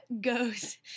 goes